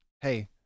hey